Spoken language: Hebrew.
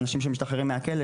אנשים שמשתחררים מהכלא,